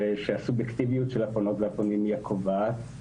ושהסובייקטיביות של הפונות והפונים היא הקובעת,